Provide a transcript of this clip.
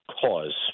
cause